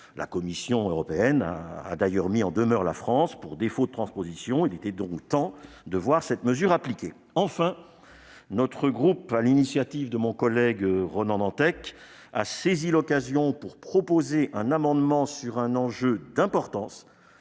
La Commission européenne a d'ailleurs mis en demeure la France pour défaut de transposition. Il était donc temps que cette mesure s'applique. Enfin, sur l'initiative de mon collègue Ronan Dantec, notre groupe a saisi l'occasion pour proposer un amendement sur un enjeu d'importance.